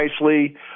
nicely